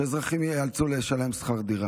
שאזרחים ייאלצו לשלם שכר דירה.